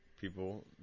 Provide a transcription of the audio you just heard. people